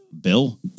bill